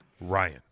ryan